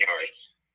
yards